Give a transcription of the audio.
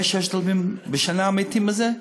5,000 6,000 בשנה מתים מזה?